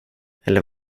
eller